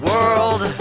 World